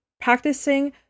practicing